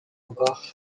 encore